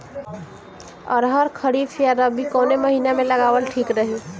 अरहर खरीफ या रबी कवने महीना में लगावल ठीक रही?